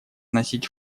вносить